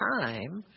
time